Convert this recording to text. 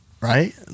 right